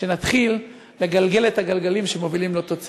שנתחיל לגלגל את הגלגלים שמובילים לאותו צדק.